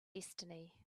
destiny